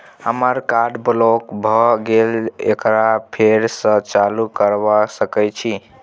हमर card block भ गेले एकरा फेर स चालू करबा सके छि?